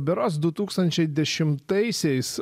berods du tūkstančiai dešimtaisiais